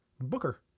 Booker